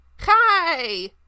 hi